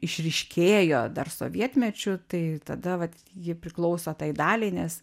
išryškėjo dar sovietmečiu tai tada vat ji priklauso tai daliai nes